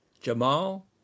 Jamal